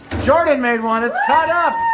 jordan made one, it's set up.